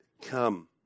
come